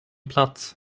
plats